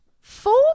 four